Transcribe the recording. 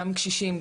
גם קשישים,